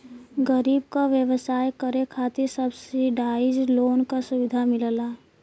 गरीब क व्यवसाय करे खातिर सब्सिडाइज लोन क सुविधा मिलला